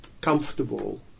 comfortable